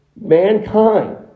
mankind